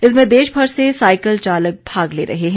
इसमें देश भर से साइकिल चालक भाग ले रहे हैं